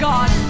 God